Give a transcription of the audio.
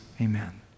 amen